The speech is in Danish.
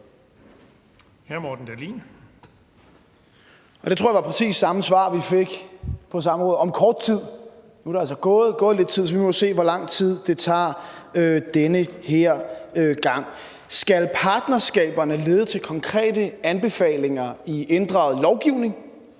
Skal partnerskaberne føre til konkrete anbefalinger i forhold til ændret lovgivning?